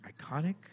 iconic